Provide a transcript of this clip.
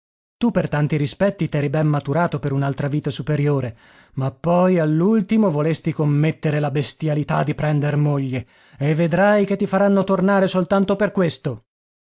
tu per tanti rispetti t'eri ben maturato per un'altra vita superiore ma poi all'ultimo volesti commettere la bestialità di prender moglie e vedrai che ti faranno tornare soltanto per questo